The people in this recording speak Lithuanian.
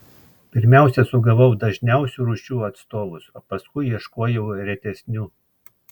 pirmiausia sugavau dažniausių rūšių atstovus o paskui ieškojau retesnių